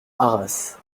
arras